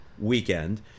weekend